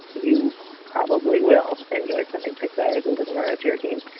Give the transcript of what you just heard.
you probably will enjoy spending six hours, isidoro, to your team.